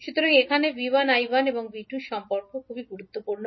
সুতরাং এখানে 𝐕1 𝐈𝟏 এবং 𝐕2 এর মধ্যে সম্পর্ক গুরুত্বপূর্ণ